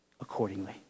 accordingly